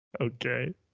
Okay